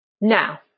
Now